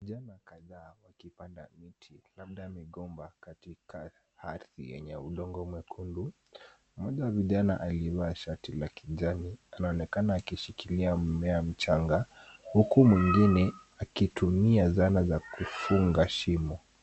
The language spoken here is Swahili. Vijana kadhaa wakipanda miti, labda migomba katika ardhi yenye udongo mwekundu. Mmoja wa vijana aliyevaa shati la kijani anaonekana akishikilia mmea mchanga, huku mwingine akitumia zana za kufunga shimo.